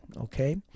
Okay